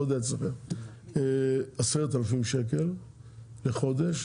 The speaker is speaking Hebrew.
10,000 שקל לחודש,